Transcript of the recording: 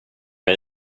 mig